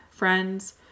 friends